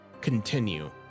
continue